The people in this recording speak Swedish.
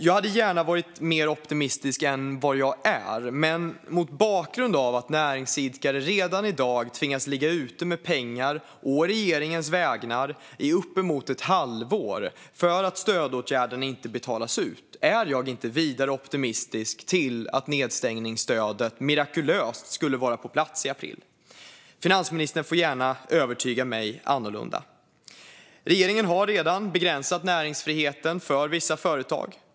Jag hade gärna varit mer optimistisk än vad jag är, men mot bakgrund av att näringsidkare redan i dag tvingas ligga ute med pengar å regeringens vägnar i uppemot ett halvår för att stödåtgärderna inte betalas ut är jag inte vidare optimistisk till att nedstängningsstödet mirakulöst skulle vara på plats i april. Finansministern får gärna övertyga mig annorlunda. Regeringen har redan begränsat näringsfriheten för vissa företag.